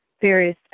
various